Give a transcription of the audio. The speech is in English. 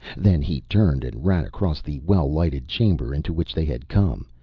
then he turned and ran across the well-lighted chamber into which they had come,